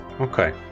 Okay